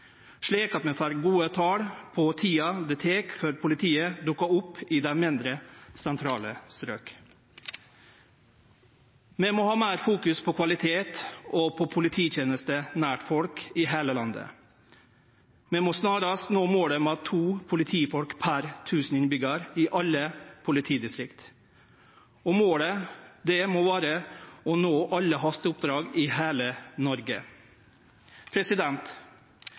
slik at vi får gode tal på tida det tek før politiet dukkar opp i dei mindre sentrale strøka. Vi må ha meir fokus på kvalitet og på polititenester nær folk i heile landet. Vi må snarast nå målet om å ha to politifolk per 1 000 innbyggjarar i alle politidistrikt, og målet må vere å nå alle hasteoppdrag i heile Noreg.